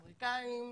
אמריקאים,